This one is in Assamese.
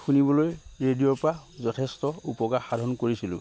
শুনিবলৈ ৰেডিঅ'ৰ পৰা যথেষ্ট উপকাৰ সাধন কৰিছিলোঁ